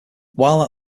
while